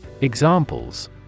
Examples